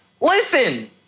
Listen